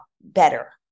better